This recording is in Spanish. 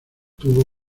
tuvo